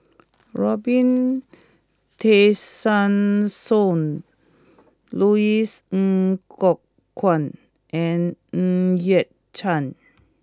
Robin Tessensohn Louis Ng Kok Kwang and Ng Yat Chuan